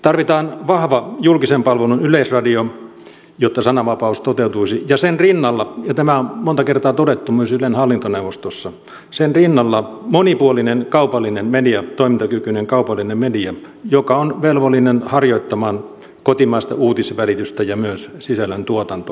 tarvitaan vahva julkisen palvelun yleisradio jotta sananvapaus toteutuisi ja sen rinnalla ja tämä on monta kertaa todettu myös ylen hallintoneuvostossa monipuolinen kaupallinen media toimintakykyinen kaupallinen media joka on velvollinen harjoittamaan kotimaista uutisvälitystä ja myös sisällöntuotantoa